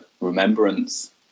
remembrance